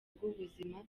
rw’ubuzima